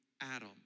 Adam